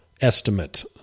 estimate